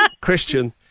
Christian